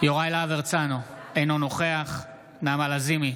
יוראי להב הרצנו, אינו נוכח נעמה לזימי,